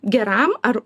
geram ar